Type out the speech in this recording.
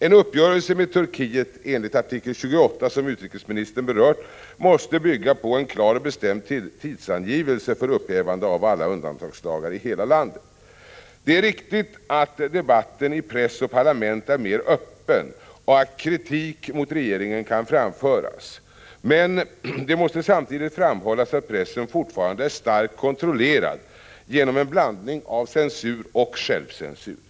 En uppgörelse med Turkiet enligt artikel 28, som utrikesministern berört, måste bygga på en klar och bestämd tidsangivelse för upphävande av alla undantagslagar i hela landet. Det är riktigt att debatten i press och parlament är mer öppen och att kritik mot regeringen kan framföras. Men det måste samtidigt framhållas att pressen fortfarande är starkt kontrollerad genom en blandning av censur och självcensur.